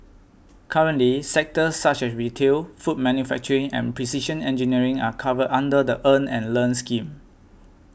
currently sectors such as retail food manufacturing and precision engineering are covered under the Earn and Learn scheme